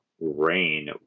rain